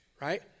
right